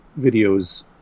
videos